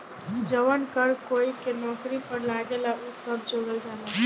जवन कर कोई के नौकरी पर लागेला उ सब जोड़ल जाला